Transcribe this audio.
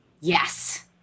Yes